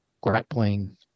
grappling